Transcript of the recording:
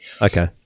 Okay